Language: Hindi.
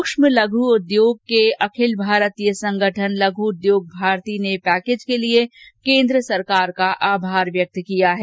सूक्ष्म और लघु उद्योग के अखिल भारतीय संगठन लघु उद्योग भारती ने पैकेज के लिए केन्द्र सरकार का आभार व्यक्त किया है